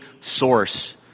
source